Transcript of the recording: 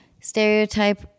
stereotype